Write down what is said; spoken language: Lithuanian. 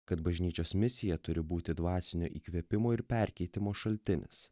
kad bažnyčios misija turi būti dvasinio įkvėpimo ir perkeitimo šaltinis